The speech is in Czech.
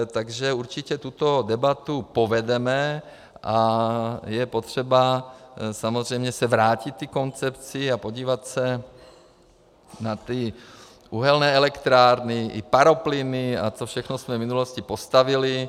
Takže určitě tuto debatu povedeme a je potřeba samozřejmě se vrátit k té koncepci a podívat se na ty uhelné elektrárny i paroplyny, a co všechno jsme v minulosti postavili.